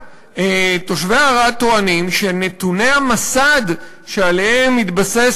תושבי ערד טוענים שנתוני המסד שעליהם מתבסס